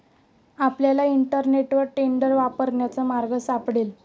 आपल्याला इंटरनेटवर टेंडर वापरण्याचा मार्ग सापडेल